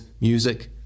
music